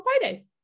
Friday